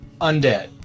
undead